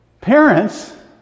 Parents